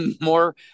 more